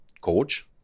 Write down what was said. coach